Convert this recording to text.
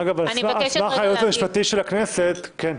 אגב, על סמך הייעוץ המשפטי של הכנסת, כן.